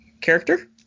character